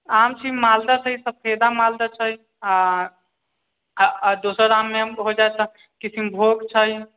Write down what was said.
आम छी मालदा छै सफेदा मालदा छै आ आ दोसर आम मे हो जाइ तऽ क्रिसनभोग छै